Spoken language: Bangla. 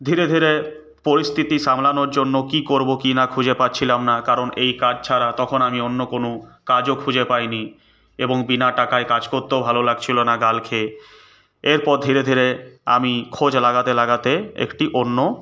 ধীরে ধীরে পরিস্থিতি সামলানোর জন্য কী করব কি না খুঁজে পাচ্ছিলাম না কারণ এই কাজ ছাড়া তখন আমি অন্য কোনো কাজও খুঁজে পাইনি এবং বিনা টাকায় কাজ করতেও ভালো লাগছিল না গাল খেয়ে এরপর ধীরে ধীরে আমি খোঁজ লাগাতে লাগাতে একটি অন্য